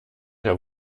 der